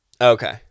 Okay